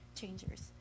changers